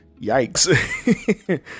yikes